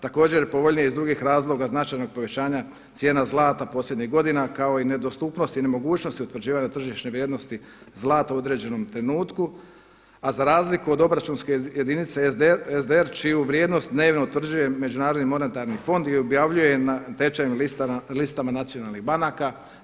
Također je povoljnije iz drugih razloga značajnog povećanja cijena zlata posljednjih godina kao i nedostupnost i nemogućnost utvrđivanja tržišne vrijednosti zlata u određenom trenutku, a za razliku od obračunske jedinice SDR čiju vrijednost dnevno utvrđuje Međunarodni monetarni fond i objavljuje na tečajnim listama nacionalnih banaka.